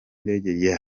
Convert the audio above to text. indege